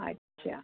अच्छा